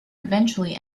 eventually